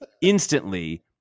instantly